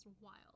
wild